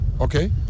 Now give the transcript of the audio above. Okay